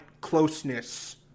closeness